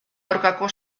aurkako